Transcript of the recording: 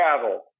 travel